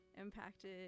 impacted